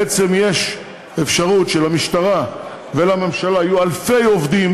בעצם יש אפשרות שלמשטרה ולממשלה יהיו אלפי עובדים,